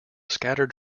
scattered